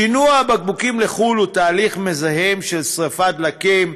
שינוע הבקבוקים לחו"ל הוא תהליך מזהם של שרפת דלקים,